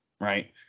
right